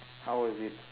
how was it